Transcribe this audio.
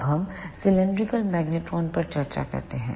अब हम cylindrical cylindrical magnetron पर चर्चा करते हैं